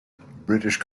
british